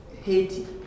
Haiti